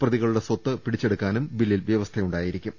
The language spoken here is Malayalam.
പ്രതികളുടെ സ്വത്ത് പിടിച്ചെടുക്കാനും ബില്ലിൽ വൃവസ്ഥ ഉണ്ടായിരിക്കും